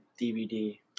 DVD